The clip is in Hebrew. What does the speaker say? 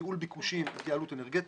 ניהול ביקושים, התייעלות אנרגטית.